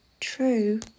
true